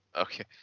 Okay